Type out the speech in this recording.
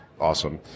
awesome